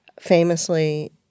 famously